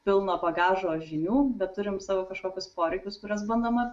pilno bagažo žinių bet turim savo kažkokius poreikius kuriuos bandom